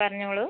പറഞ്ഞോളൂ